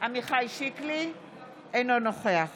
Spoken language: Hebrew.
אינו נוכח